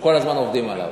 שכל הזמן עובדים עליו.